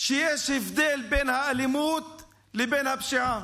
שיש הבדל בין האלימות לבין הפשיעה.